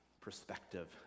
perspective